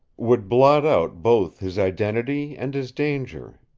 would blot out both his identity and his danger.